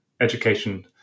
education